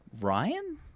Ryan